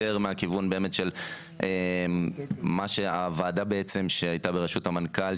מהכיוון של הוועדה שהייתה בראשות המנכ"ל,